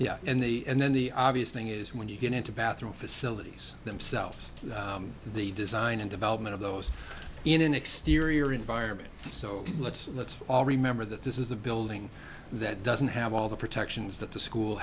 yeah and then the obvious thing is when you get into bathroom facilities themselves the design and development of those in an exterior environment so let's let's all remember that this is a building that doesn't have all the protections that the school